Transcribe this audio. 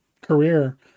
career